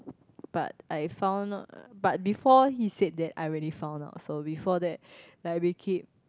but I found out but before he said that I already found out so before that like we keep